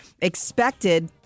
Expected